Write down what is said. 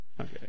Okay